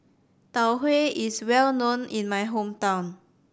Tau Huay is well known in my hometown